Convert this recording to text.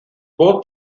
both